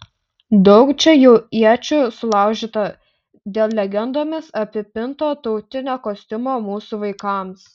daug čia jau iečių sulaužyta dėl legendomis apipinto tautinio kostiumo mūsų vaikams